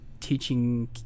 teaching